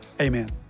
amen